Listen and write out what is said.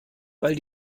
weil